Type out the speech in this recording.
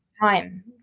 time